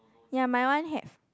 ya my one have